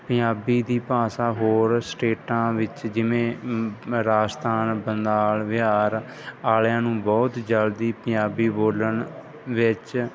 ਪੰਜਾਬੀ ਦੀ ਭਾਸ਼ਾ ਹੋਰ ਸਟੇਟਾਂ ਵਿੱਚ ਜਿਵੇਂ ਰਾਜਸਥਾਨ ਬੰਗਾਲ ਬਿਹਾਰ ਵਾਲਿਆਂ ਨੂੰ ਬਹੁਤ ਜਲਦੀ ਪੰਜਾਬੀ ਬੋਲਣ ਵਿੱਚ